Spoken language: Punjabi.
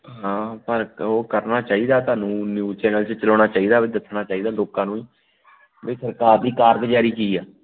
ਹਾਂ ਪਰ ਉਹ ਕਰਨਾ ਚਾਹੀਦਾ ਤੁਹਾਨੂੰ ਨਿਊਜ਼ ਚੈਨਲ 'ਚ ਚਲਾਉਣਾ ਚਾਹੀਦਾ ਵੀ ਦੱਸਣਾ ਚਾਹੀਦਾ ਲੋਕਾਂ ਨੂੰ ਬਈ ਸਰਕਾਰ ਦੀ ਕਾਰਗੁਜ਼ਾਰੀ ਕੀ ਆ